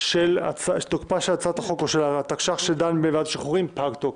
של הצעת החוק או של התקש"ח שדן בוועדת השחרורים פג תוקף?